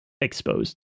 exposed